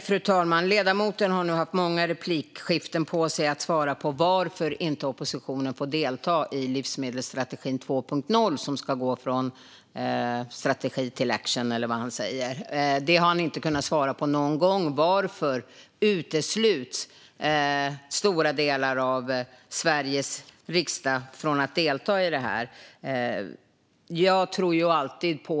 Fru talman! Ledamoten har nu haft många repliker på sig att svara på varför oppositionen inte får delta i livsmedelsstrategin 2.0, som ska gå från strategi till action eller vad det nu var han sa. Varför utesluts stora delar av Sveriges riksdag från att delta i detta? Det har han inte kunnat svara på.